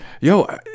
Yo